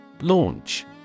Launch